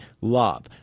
love